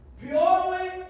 purely